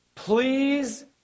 Please